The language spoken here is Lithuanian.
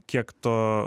kiek to